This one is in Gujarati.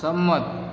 સંમત